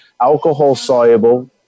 alcohol-soluble